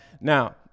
now